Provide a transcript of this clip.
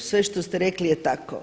Sve što ste rekli je tako.